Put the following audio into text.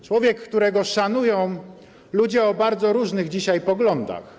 Człowiek, którego szanują ludzie o bardzo różnych dzisiaj poglądach.